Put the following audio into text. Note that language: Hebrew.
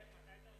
תודה רבה.